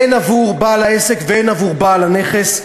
הן עבור בעל העסק והן עבור בעל הנכס,